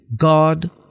God